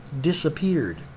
disappeared